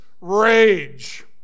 rage